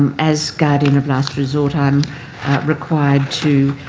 as guardian of last resort, i'm required to